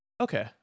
Okay